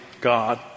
God